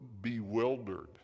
bewildered